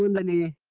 the money